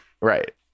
Right